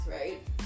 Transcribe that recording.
right